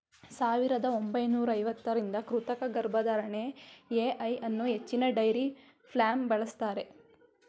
ಸಾವಿರದ ಒಂಬೈನೂರ ಐವತ್ತರಿಂದ ಕೃತಕ ಗರ್ಭಧಾರಣೆ ಎ.ಐ ಅನ್ನೂ ಹೆಚ್ಚಿನ ಡೈರಿ ಫಾರ್ಮ್ಲಿ ಬಳಸ್ತಾರೆ